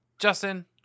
Justin